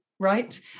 right